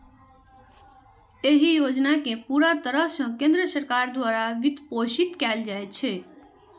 एहि योजना कें पूरा तरह सं केंद्र सरकार द्वारा वित्तपोषित कैल जाइ छै